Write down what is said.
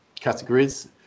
categories